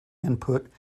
input